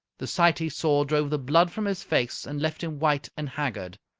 the sight he saw drove the blood from his face and left him white and haggard.